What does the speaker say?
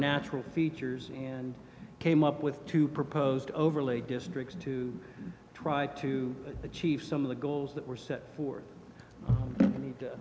natural features and came up with two proposed overlay districts to try to achieve some of the goals that were set forth